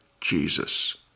Jesus